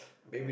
okay